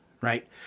right